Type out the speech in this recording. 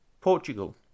Portugal